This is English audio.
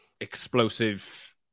explosive